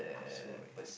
so I